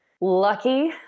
lucky